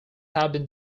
had